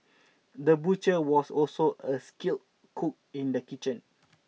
the butcher was also a skilled cook in the kitchen